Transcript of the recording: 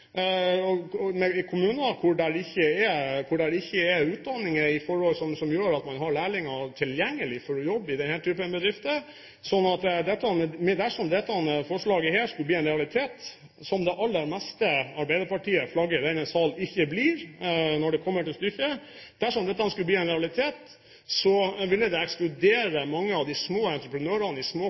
kommuner hvor det ikke er utdanninger som gjør at man har lærlinger tilgjengelig for å jobbe i denne typen bedrifter. Dersom dette forslaget skulle bli en realitet, som det aller meste Arbeiderpartiet flagger i denne sal, ikke blir, når det kommer til stykket, ville det ekskludere mange av de små entreprenørene rundt omkring i Distrikts-Norge som ikke vil være i